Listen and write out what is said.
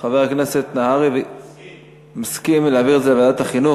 חבר הכנסת נהרי מסכים להעביר את זה לוועדת החינוך.